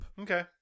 Okay